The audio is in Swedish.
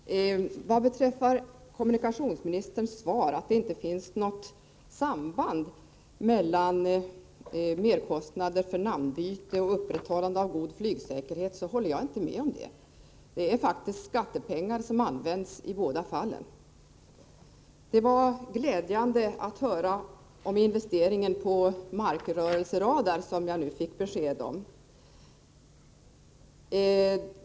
Herr talman! Vad beträffar kommunikationsministerns svar — att det inte finns något samband mellan merkostnader för namnbyte och upprätthållande av god flygsäkerhet — håller jag inte med honom om detta. Det är faktiskt skattepengar som används i båda fallen. Det var glädjande att höra om investeringen för markrörelseradar, som jag nu fick besked om.